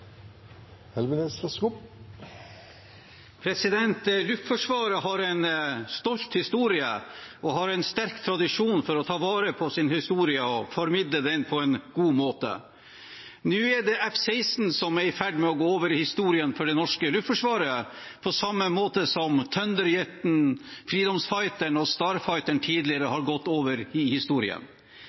Luftforsvaret har en stolt historie og en sterk tradisjon for å ta vare på sin historie og formidle den på en god måte. Nå er det F-16 som er i ferd med å gå over i historien for det norske luftforsvaret, på samme måte som Thunderjet, Freedom Fighter og Starfighter tidligere har gått over i historien.